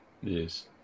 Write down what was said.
Yes